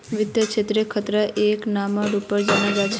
वित्त क्षेत्रत खतराक एक नामेर रूपत जाना जा छे